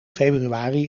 februari